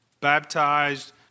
baptized